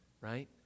Right